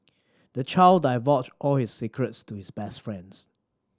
the child divulged all his secrets to his best friends